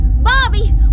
Bobby